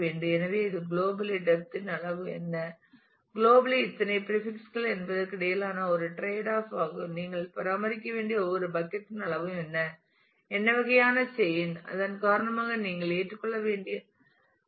எனவே இது global depth இன் அளவு என்ன குலோபலி எத்தனை பிரீபிக்ஸ் கள் என்பதற்கு இடையிலான ஒரு ட்ரேட்ஆப் ஆகும் நீங்கள் பராமரிக்க வேண்டிய ஒவ்வொரு பக்கட் இன்அளவும் என்ன என்ன வகையான செயின் அதன் காரணமாக நீங்கள் ஏற்றுக்கொள்ள வேண்டியிருக்கும்